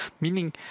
meaning